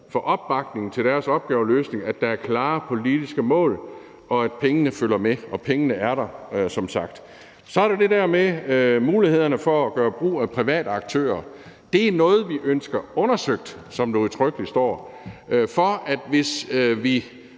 får opbakning til deres opgaveløsning, ved at der er klare politiske mål og pengene følger med – og pengene er der som sagt. Så er der det der med mulighederne for at gøre brug af private aktører. Det er noget, vi ønsker undersøgt, som der udtrykkeligt står, for at få